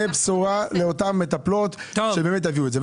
בשורה לאותן מטפלות שבאמת יביאו את זה.